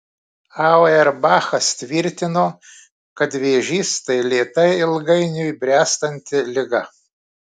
auerbachas tvirtino kad vėžys tai lėtai ilgainiui bręstanti liga